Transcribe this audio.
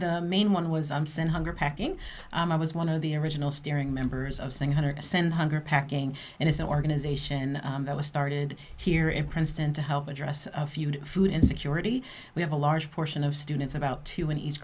the main one was i'm sent hunger packing i was one of the original staring members of saying hundred percent hunger packing and it's an organization that was started here in princeton to help address a few food insecurity we have a large portion of students about two in each